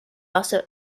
also